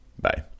Bye